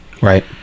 Right